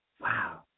Wow